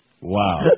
Wow